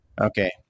Okay